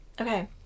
Okay